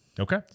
Okay